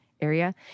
area